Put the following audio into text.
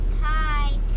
Hi